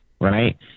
right